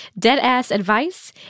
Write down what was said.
deadassadvice